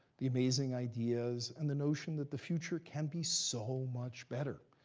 the amazing ideas, and the notion that the future can be so much better,